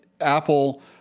Apple